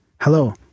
Hello